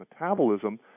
metabolism